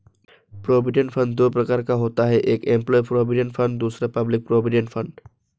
provident fund दो प्रकार का होता है एक एंप्लॉय प्रोविडेंट फंड दूसरा पब्लिक प्रोविडेंट फंड